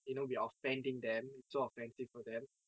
you know we are offending them it's so offensive for them